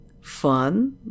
fun